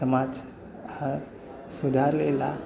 समाज हा सु सुधारलेला